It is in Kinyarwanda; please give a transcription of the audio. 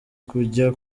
kujya